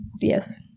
yes